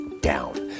down